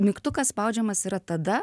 mygtukas spaudžiamas yra tada